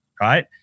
right